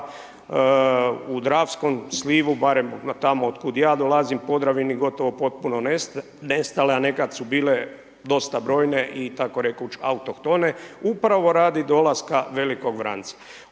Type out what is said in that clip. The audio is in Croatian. u Dravskom slivu, barem tamo od kuda ja dolazim Podravini gotovo potpuno nestale, a nekad su bile dosta brojne. I takorekoć autohtone, upravo radi dolaska velikog vranca.